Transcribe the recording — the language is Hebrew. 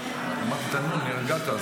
--- נרגעת,